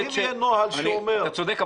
אם יהיה נוהל שאומר --- אתה צודק,